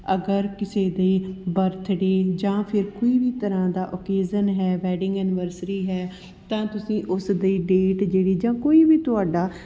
ਅਗਰ ਕਿਸੇ ਦੇ ਬਰਥਡੇ ਜਾਂ ਫਿਰ ਕੋਈ ਵੀ ਤਰ੍ਹਾਂ ਦਾ ਓਕੇਜ਼ਨ ਹੈ ਵੈਡਿੰਗ ਐਨਿਵਰਸਰੀ ਹੈ ਤਾਂ ਤੁਸੀਂ ਉਸ ਦੀ ਡੇਟ ਜਿਹੜੀ ਜਾਂ ਕੋਈ ਵੀ ਤੁਹਾਡਾ